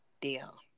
deal